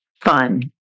fun